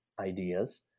ideas